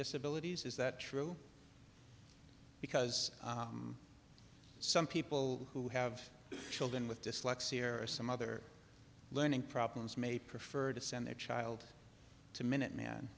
disabilities is that true because some people who have children with dyslexia or some other learning problems may prefer to send their child to minuteman